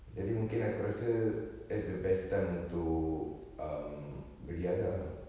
jadi mungkin aku rasa that's the best time untuk um beriadah ah